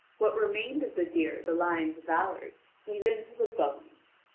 what remained of the deer the lion devoured, even to the bones.